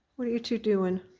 what are you two doin'?